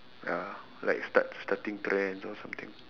ya like start starting trends or something